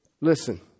Listen